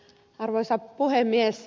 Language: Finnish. arvoisa puhemies